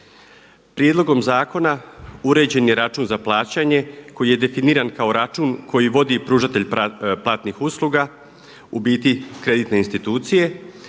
Prijedlogom zakona uređen je račun za plaćanje koji je definiran kao račun koji vodi pružatelj platnih usluga u biti kreditne institucije